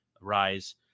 rise